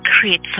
create